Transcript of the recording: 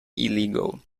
illegal